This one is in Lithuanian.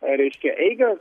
reiškia eigą